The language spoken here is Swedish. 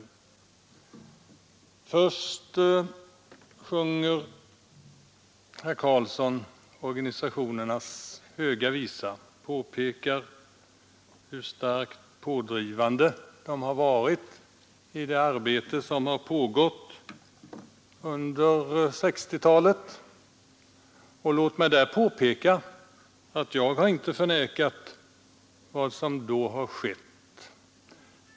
Först sjunger Göran Karlsson organisationernas höga visa och påpekar hur starkt pådrivande de har varit i det arbete som har pågått under 1960-talet. Låt mig där påpeka att jag inte har förnekat att det då hände en del.